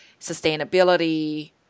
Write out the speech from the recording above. sustainability